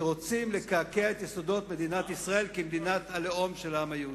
שרוצים לקעקע את יסודות מדינת ישראל כמדינת הלאום של העם היהודי.